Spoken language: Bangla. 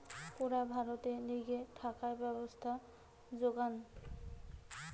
পুরা ভারতের লিগে থাকার ব্যবস্থার যোজনা